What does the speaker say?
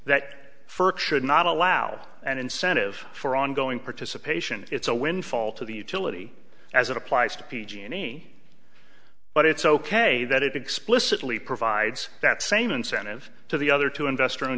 that ferg should not allow an incentive for ongoing participation it's a windfall to the utility as it applies to p g any but it's ok that it explicitly provides that same incentive to the other two investor owned